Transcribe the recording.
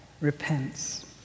repents